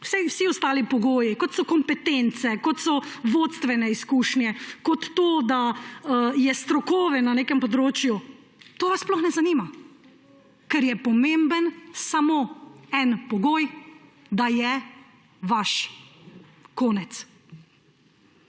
Vsi ostali pogoji, kot so kompetence, kot so vodstvene izkušnje, kot to, da je strokoven na nekem področju, to vas sploh ne zanima, ker je pomemben samo en pogoj – da je vaš. Konec.